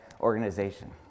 organization